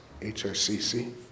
HRCC